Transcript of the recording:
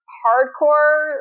hardcore